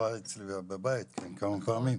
התארחה אצלי בבית כמה פעמים.